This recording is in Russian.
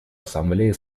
ассамблея